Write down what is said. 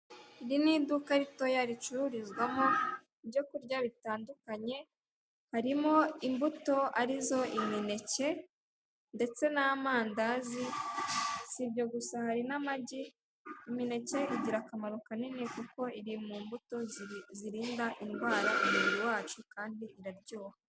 Iri ni iduka ritoya, ricururizwamo ibyo kurya bitandukanye, harimo imbuto, ari zo imineke ndetse n'amandazi, si ibyo gusa, hari n'amagi, imineke igira akamaro kanini kuko iri mu mbuto zirinda indwara umubiri wacu kandi iraryoha.